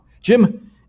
Jim